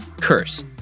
curse